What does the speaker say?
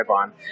on